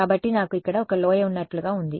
కాబట్టి నాకు ఇక్కడ ఒక లోయ ఉన్నట్లుగా ఉంది